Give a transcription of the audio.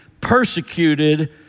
persecuted